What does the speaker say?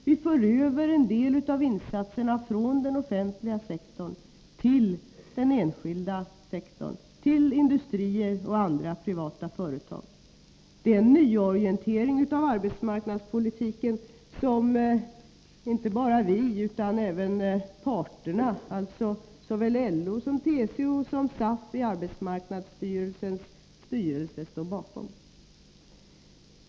Vi för över en del av insatserna från den offentliga sektorn till den enskilda sektorn, till industrier och andra privata företag. Det är en nyorientering av arbetsmarknadspolitiken som inte bara vi utan även parterna — alltså såväl LO och TCO som SAF -— i arbetsmarknadsstyrelsens styrelse ställer sig bakom.